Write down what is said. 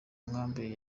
nkambi